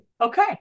Okay